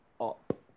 up